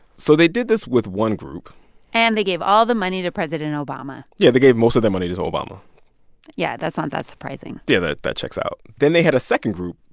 so they did this with one group and they gave all the money to president obama yeah. they gave most of their money to to obama yeah. that's not that surprising yeah. that that checks out. then they had a second group.